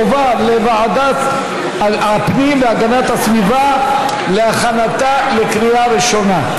ותועבר לוועדת הפנים והגנת הסביבה להכנתה לקריאה ראשונה.